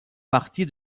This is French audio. partie